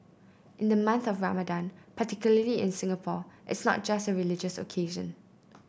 in the month of Ramadan particularly in Singapore it's not just a religious occasion